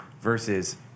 versus